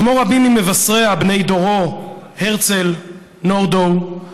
כמו רבים ממבשריה בני דורו, הרצל, נורדאו,